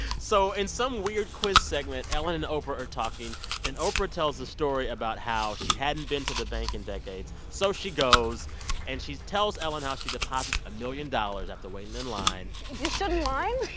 so in some weird quiz segment, ellen and oprah are talking and oprah tells a story about how she hadn't been to the bank in decades. so she goes and she tells ellen how she deposits a million dollars after waiting in in line you stood in line.